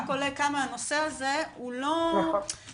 רק עולה כמה הנושא הזה הוא לא מטופל.